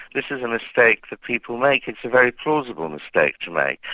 this is a mistake that people make. it's a very plausible mistake to make,